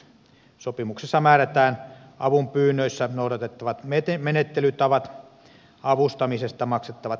sopimuksessa määrätään avunpyynnöissä noudatettavista menettelytavoista avustamisesta maksettavat